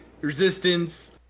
resistance